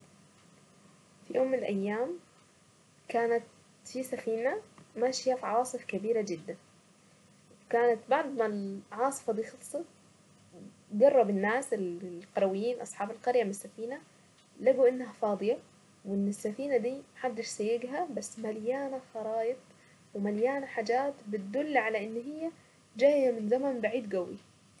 في يوم من الايام كانت في سفينة ماشية في عواصف كبيرة جدا كانت بعض ما العاصفة خلصت قرب الناس القرويين اصحاب القرية من السفينة لقوا انها فاضية وان السفينة دي ما حدش فيها بس مليانة خرايط ومليانة حاجات بتدل على ان هي جاية من زمن بعيد قوي.